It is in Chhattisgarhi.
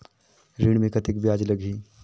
ऋण मे कतेक ब्याज लगही?